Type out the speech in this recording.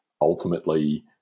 ultimately